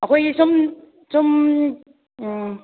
ꯑꯩꯈꯣꯏꯒꯤ ꯁꯨꯝ ꯁꯨꯝ ꯎꯝ